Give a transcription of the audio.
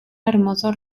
hermoso